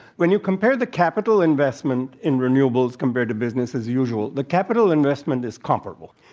when you compared the capital investment in renewables, compared to business as usual. the capital investment is comparable.